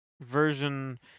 version